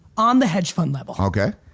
on the hedge fund level. okay.